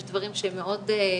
יש דברים שהם מאוד חדשים,